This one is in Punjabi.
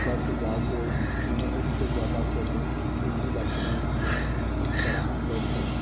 ਦਾ ਸੁਝਾਵ ਦਿਓ ਕਿ ਮੈਂ ਇੱਕ ਤੋਂ ਜ਼ਿਆਦਾ ਫੋਟੋ ਡੀਜੀਲੈਕਰ ਵਿੱਚ ਕਿਸ ਤਰ੍ਹਾਂ ਅਪਲੋਡ ਕਰਾਂ